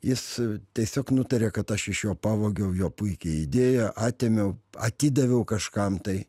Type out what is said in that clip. jis tiesiog nutarė kad aš iš jo pavogiau jo puikią idėją atėmiau atidaviau kažkam tai